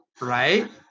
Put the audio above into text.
Right